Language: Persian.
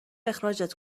اخراجت